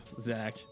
Zach